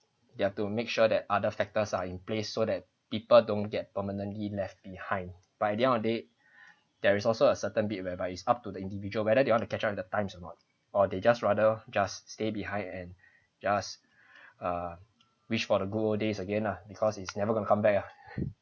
you have to make sure that other factors are in place so that people don't get permanently left behind by the end of day there is also a certain bit whereby it's up to the individual whether they want to catch with the times or not or they just rather just stay behind and just uh wish for the good old days again ah because it's never gonna come back ah